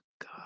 God